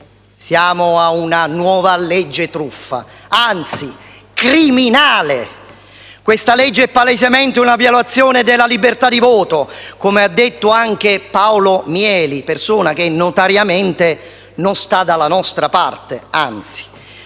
siamo ad una nuova legge truffa, anzi criminale. Questa legge è palesemente una violazione della libertà di voto, come ha detto anche Paolo Mieli, persona che notoriamente non sta dalla nostra parte, anzi.